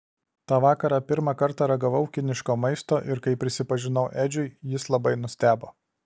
tą vakarą pirmą kartą ragavau kiniško maisto ir kai prisipažinau edžiui jis labai nustebo